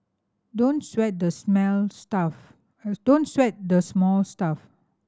don't sweat the smell stuff don't sweat the small stuff